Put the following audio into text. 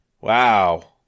Wow